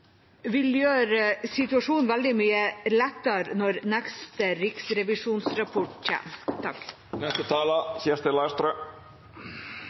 situasjonen veldig mye lettere når neste riksrevisjonsrapport